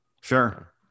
sure